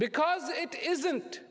because it isn't